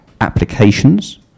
applications